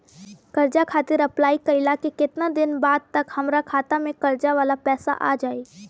कर्जा खातिर अप्लाई कईला के केतना दिन बाद तक हमरा खाता मे कर्जा वाला पैसा आ जायी?